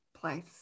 place